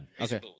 Okay